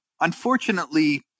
Unfortunately